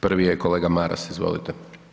Prvi je kolega Maras, izvolte.